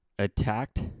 attacked